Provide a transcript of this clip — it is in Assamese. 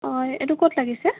অঁ এইটো ক'ত লাগিছে